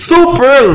Super